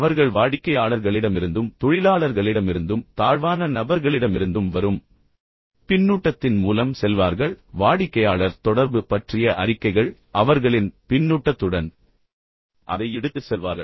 அவர்கள் வாடிக்கையாளர்களிடமிருந்தும் தொழிலாளர்களிடமிருந்தும் தாழ்வான நபர்களிடமிருந்தும் வரும் பின்னூட்டத்தின் மூலம் செல்வார்கள் பின்னர் வாடிக்கையாளர் தொடர்பு பற்றிய அறிக்கைகள் அவர்களின் பின்னூட்டத்துடன் அதை மேலும் எடுத்துச் செல்வார்கள்